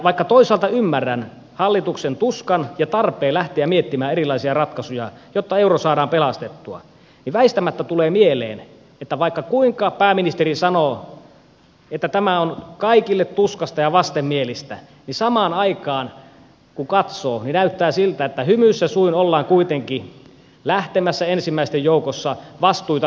vaikka toisaalta ymmärrän hallituksen tuskan ja tarpeen lähteä miettimään erilaisia ratkaisuja jotta euro saadaan pelastettua niin näyttää nyt siltä ja väistämättä tulee mieleen että vaikka kuinka pääministeri sanoo että tämä on kaikille tuskaista ja vastenmielistä niin samaan aikaan mukaan suomi näyttää siltä että hymyssä suin ollaan kuitenkin lähtemässä ensimmäisten joukossa vastuita lisäämään